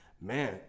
man